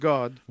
God